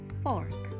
fork